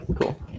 cool